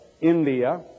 India